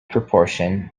proportion